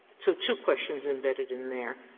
so two questions embedded in there.